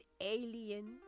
alien